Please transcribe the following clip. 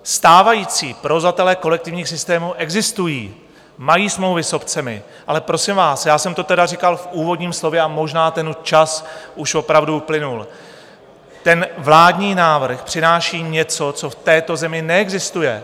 Stávající provozovatelé kolektivních systémů existují, mají smlouvy s obcemi, ale prosím vás já jsem to tedy říkal v úvodním slově a možná ten čas už opravdu uplynul ten vládní návrh přináší něco, co v této zemi neexistuje.